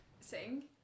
sing